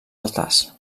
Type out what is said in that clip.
altars